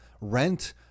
Rent